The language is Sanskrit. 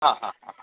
हा हा हा ह